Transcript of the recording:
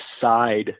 side